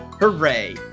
Hooray